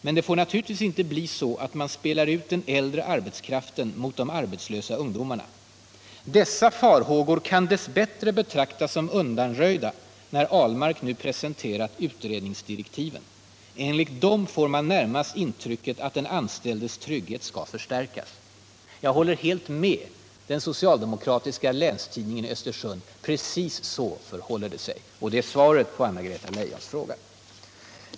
Men det får naturligtvis inte bli så att man spelar ut den äldre arbetskraften mot de arbetslösa ungdomarna. Dessa farhågor kan dessbättre betraktas som undanröjda när Ahlmark nu presenterat utredningsdirektiven. Enligt dem får man närmast intrycket att den anställdes trygghet skall förstärkas.” Jag håller helt med den socialdemokratiska Länstidningen i Östersund. Så förhåller det sig, och det är svaret på Anna-Greta Leijons fråga.